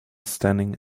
standing